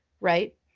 right